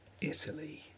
Italy